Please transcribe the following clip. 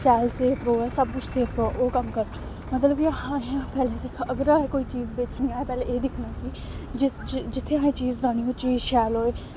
शैल सेफ रवै सब कुछ सेफ रवै ओह् कम्म करना मतलब कि अगर असें चीज बेचनी असें पैह्ले एह् दिक्खना कि जित्थै असें चीज़ राह्नी ओह् चीज शैल होऐ